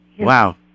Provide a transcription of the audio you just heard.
Wow